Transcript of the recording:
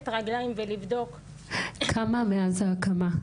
רגליים ולבדוק --- כמה מאז ההקמה?